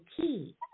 key